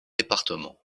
départements